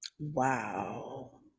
Wow